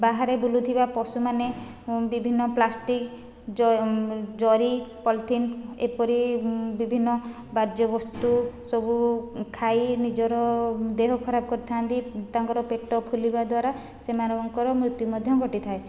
ବାହାରେ ବୁଲୁଥିବା ପଶୁମାନେ ବିଭିନ୍ନ ପ୍ଲାଷ୍ଟିକ ଜରି ପଲିଥିନ ଏପରି ବିଭିନ୍ନ ବର୍ଜ୍ୟ ବସ୍ତୁ ସବୁ ଖାଇ ନିଜର ଦେହ ଖରାପ କରିଥାନ୍ତି ତାଙ୍କର ପେଟ ଫୁଲିବା ଦ୍ୱାରା ସେମାନଙ୍କର ମୃତ୍ୟୁ ମଧ୍ୟ ଘଟିଥାଏ